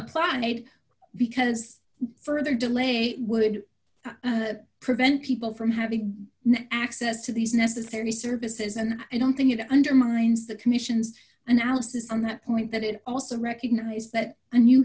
applied because further delay would prevent people from having access to these necessary services and i don't think it undermines the commission's analysis on that point that it also recognized that a